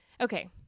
Okay